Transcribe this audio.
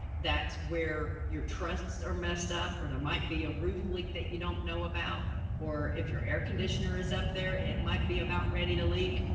that's where your trusts are messed up or there might be a roof leak that you don't know about or if your air conditioner is up there, it might be about ready to leak.